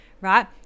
right